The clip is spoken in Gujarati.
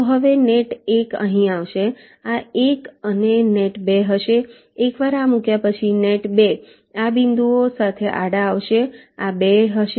તો હવે નેટ 1 અહીં આવશે આ 1 અને નેટ 2 હશે એકવાર આ મૂક્યા પછી નેટ 2 આ બિંદુ સાથે આડા આવશે આ 2 હશે